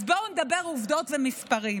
אז בואו נדבר עובדות ומספרים.